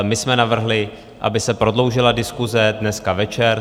My jsme navrhli, aby se prodloužila diskuse dneska večer.